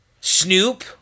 Snoop